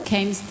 Came